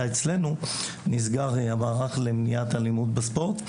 אצלנו נסגר המערך למניעת אלימות בספורט.